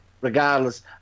Regardless